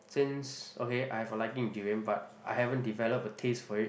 since okay I have a liking in durian but I haven't develop a taste for it